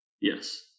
Yes